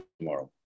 tomorrow